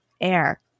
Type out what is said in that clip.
Air